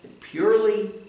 purely